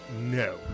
no